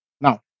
Now